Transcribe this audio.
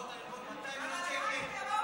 הוצאות הארגון, 200 מיליון שקל.